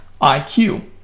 IQ